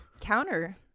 counter